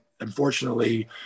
unfortunately